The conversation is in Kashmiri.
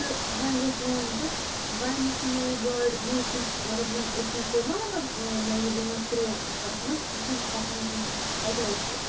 تہٕ وۅنۍ گٔے کٲم تہٕ وۅنۍ یُتھُے مےٚ یہِ گاڈٕ مےٚ یُتھُے مطلب زَن أتی کوٚر نا مطلب مےٚ یہِ بٲنٛس ترٛٲو اَتھ منٛز یہِ چھَنہٕ کھَسان کِہیٖنٛۍ اَکہِ لَٹہِ تہِ